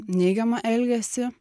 neigiamą elgesį